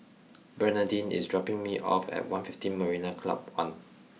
Bernardine is dropping me off at One Fifteen Marina Club One